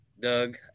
Doug